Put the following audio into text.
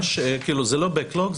זה לא backlog,